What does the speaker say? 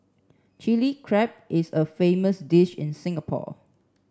Chilli Crab is a famous dish in Singapore